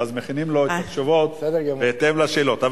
ואז מכינים לו את התשובות בהתאם לשאלות.